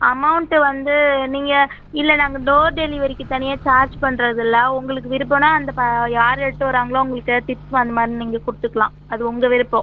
amount வந்து நீங்கள் இல்லை நாங்கள் டோர் டெலிவரிக்கு தனியாக சார்ஜ் பண்ணுறதுல்ல உங்களுக்கு விருப்பம்ன்னா அந்த ப்ப யார் எடுத்துகிட்டு வராங்களோ அவங்களுக்கு டிப்ஸ் அந்த மாதிரி நீங்கள் கொடுத்துக்கலாம் அது உங்கள் விருப்பம்